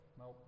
no